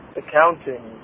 accounting